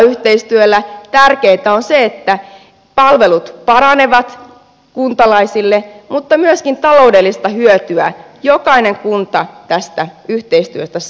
kuntayhteistyössä tärkeää on se että palvelut kuntalaisille paranevat mutta myöskin taloudellista hyötyä jokainen kunta tästä yhteistyöstä saa